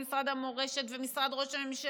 ואם זה משרד המורשת ומשרד ראש הממשלה,